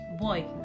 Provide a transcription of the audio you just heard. boy